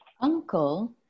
Uncle